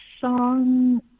song